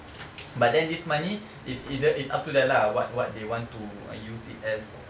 but then this money is either is up to them lah what what they want to use it as